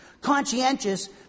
Conscientious